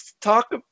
talk